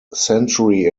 century